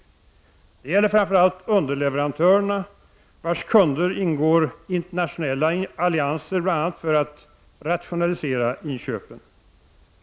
Detta gäller framför allt underleverantörerna, vars kunder ingår internationella allianser bl.a. för att rationalisera inköpen.